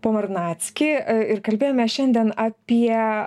pomarnacki ir kalbėjome šiandien apie